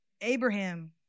Abraham